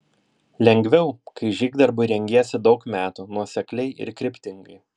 lengviau kai žygdarbiui rengiesi daug metų nuosekliai ir kryptingai